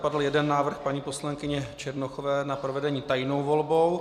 Padl jeden návrh paní poslankyně Černochové na provedení tajnou volbou.